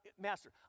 Master